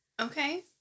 Okay